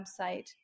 website